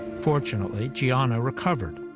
fortunately, jianna recovered.